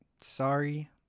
sorry